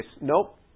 Nope